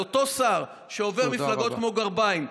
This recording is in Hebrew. על אותו שר שעובר מפלגות כמו גרביים,